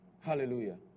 Hallelujah